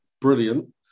brilliant